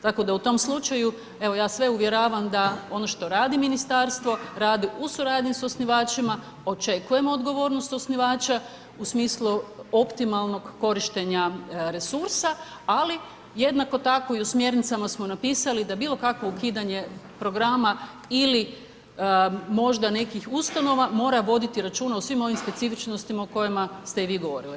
Tako da u tom slučaju evo ja sve uvjeravam da ono što radi ministarstvo, radi u suradnji s osnivačima, očekujem odgovornost osnivača u smislu optimalnog korištenja resursa, ali jednako tako i u smjernicama smo napisali da bilo kakvo ukidanje programa ili možda nekih ustanova mora voditi računa o svim ovim specifičnostima o kojima ste i vi govorili.